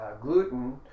gluten